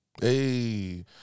Hey